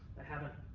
ah haven't